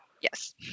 yes